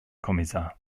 kommissar